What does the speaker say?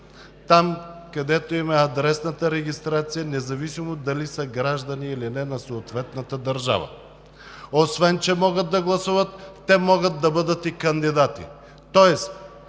там, където им е адресната регистрация, независимо дали са граждани, или не, на съответната държава. Освен че могат да гласуват, те могат да бъдат и кандидати,